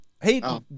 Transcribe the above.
Hey